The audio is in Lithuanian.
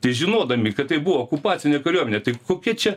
tai žinodami kad tai buvo okupacinė kariuomenė tai kokia čia